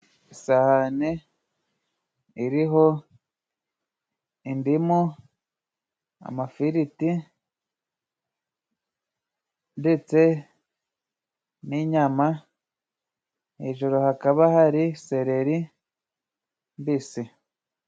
Isahane iri ho indimu, amafiriti, ndetse n'inyama, hejuru hakaba hari sereri mbisi.